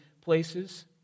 places